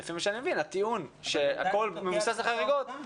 ולפי מה שאני מבין הטיעון שהכול מבוסס על חריגות ירד.